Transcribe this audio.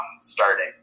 starting